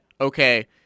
okay